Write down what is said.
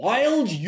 Wild